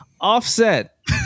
Offset